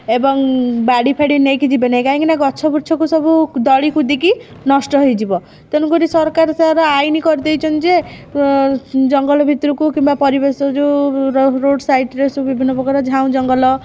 ଏବଂ ବାଡ଼ିଫାଡ଼ି ନେଇକି ଯିବେନାହିଁ କାହିଁକି ନା ଗଛ ବୃଛକୁ ସବୁ ଦଳିକୁଦିକି ନଷ୍ଟ ହେଇଯିବ ତେଣୁକରି ସରକାର ତା'ର ଆଇନ୍ କରିଦେଇଛନ୍ତି ଯେ ଜଙ୍ଗଲ ଭିତରକୁ କିମ୍ବା ପରିବେଶ ଯେଉଁ ରୋଡ଼ ସାଇଡ଼ରେ ସବୁ ବିଭିନ୍ନ ପ୍ରକାର ଝାଉଁ ଜଙ୍ଗଲ